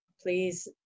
please